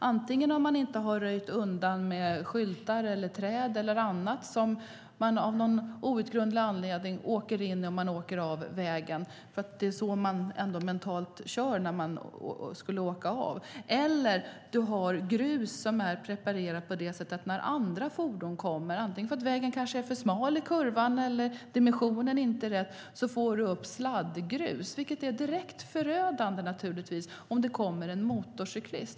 Antingen har skyltar, träd eller annat som man av någon outgrundlig anledning åker in i om man åker av vägen, för att det är så man mentalt kör om man skulle åka av, inte röjts undan eller också finns det grus som är preparerat på det sättet att man får upp sladdgrus när andra fordon kommer, därför att vägen är för smal i kurvan eller därför att dimensionen inte är rätt. Det är naturligtvis direkt förödande om det kommer en motorcyklist.